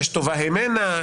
יש טובה הימנה?